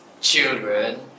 children